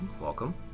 welcome